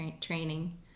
training